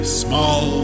small